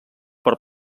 per